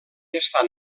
estan